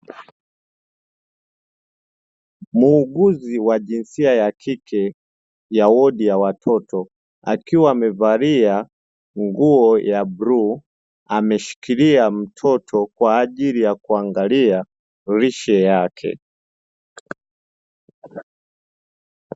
Muuguzi wa jinsia ya kike, ya wodi ya watoto, akiwa amevalia nguo ya bluu, ameshikilia mtoto kwa ajili ya kuangalia lishe yake.